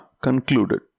concluded